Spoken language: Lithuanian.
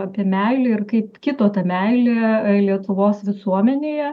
apie meilę ir kaip kito ta meilė lietuvos visuomenėje